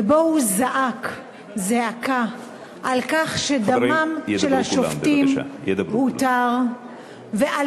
ובו הוא זעק זעקה על כך שדמם של השופטים הותר ועל